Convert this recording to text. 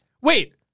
Wait